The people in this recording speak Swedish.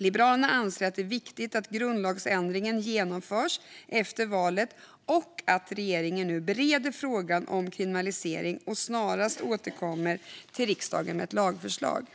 Liberalerna anser att det är viktigt att grundlagsändringen genomförs efter valet och att regeringen nu bereder frågan om kriminalisering och snarast återkommer till riksdagen med ett lagförslag.